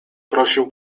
prosił